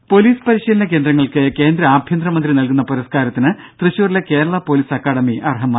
രുര പൊലീസ് പരിശീലന കേന്ദ്രങ്ങൾക്ക് കേന്ദ്ര ആഭ്യന്തരമന്ത്രി നൽകുന്ന പുരസ്കാരത്തിന് തൃശൂരിലെ കേരളാ പൊലീസ് അക്കാഡമി അർഹമായി